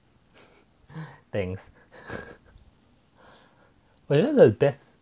thanks but you know the best